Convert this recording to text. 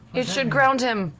it should ground him.